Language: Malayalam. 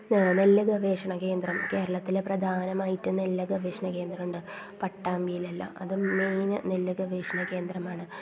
ആ നെല്ല് ഗവേഷണ കേന്ദ്രം കേരളത്തിലെ പ്രധാനമായിട്ട് നെല്ല് ഗവേഷണ കേന്ദ്രം ഉണ്ട് പാട്ടാമ്പിയിലെല്ലാം അത് മെയിൻ നെല്ല് ഗവേഷണ കേന്ദ്രമാണ്